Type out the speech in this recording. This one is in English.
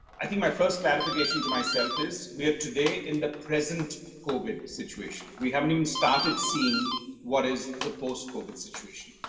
i mean my first clarification to myself is we are today in the present covid situation, we haven't even started seeing what is the post-covid situation.